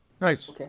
Nice